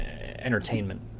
entertainment